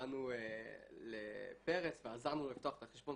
באנו לפרס ועזרנו לו לפתוח את החשבון